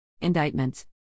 Indictments